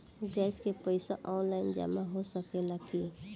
Gas के पइसा online जमा हो सकेला की?